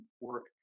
work